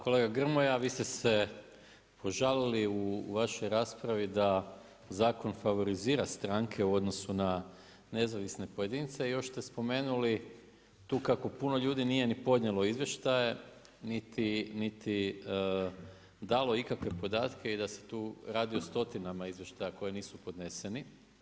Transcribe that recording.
Kolega Grmoja vi ste se požalili u vašoj raspravi da zakon favorizira stranke u odnosu na nezavisne pojedince i još ste spomenuli tu kako puno ljudi nije ni podnijelo izvještaje niti dalo ikakve podatke i da se tu radi o stotinama izvještaja koji nisu podneseni.